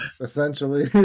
essentially